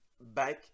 Back